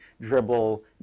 dribble